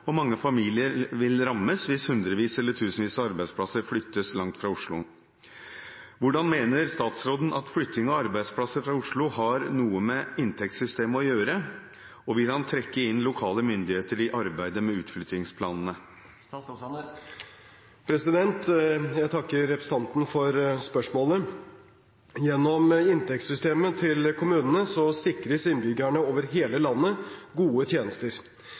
og mange familier vil rammes hvis hundrevis eller tusenvis av arbeidsplasser flyttes langt fra Oslo. Hvordan mener statsråden at flytting av arbeidsplasser fra Oslo har noe med inntektssystemet å gjøre, og vil han trekke inn lokale myndigheter i arbeidet med utflyttingsplanene?» Jeg takker representanten for spørsmålet. Gjennom inntektssystemet til kommunene sikres innbyggere over hele landet gode tjenester.